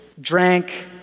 drank